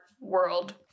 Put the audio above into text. world